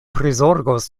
prizorgos